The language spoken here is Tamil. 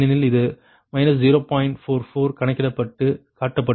44 கணக்கிடப்பட்டு காட்டப்பட்டுள்ளது